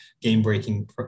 game-breaking